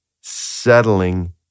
settling